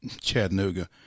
Chattanooga